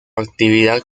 actividad